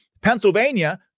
Pennsylvania